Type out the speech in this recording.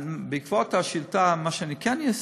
בעקבות השאילתה, מה שאני כן אעשה,